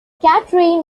catherine